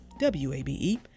WABE